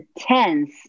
tense